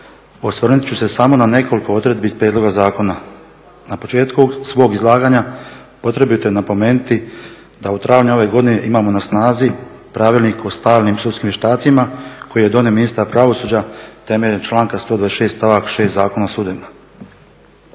Osvrnut ću se samo na nekoliko odredbi iz prijedloga zakona. Na početku svog izlaganja potrebito je napomenuti da u travnju ove godine imamo na snazi Pravilnik o stalnim sudskim vještacima koje je donio ministar pravosuđa temeljem članka 126. stavak 6. Zakona o sudovima.